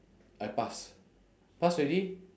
I pass pass already